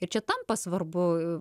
ir čia tampa svarbu